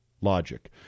logic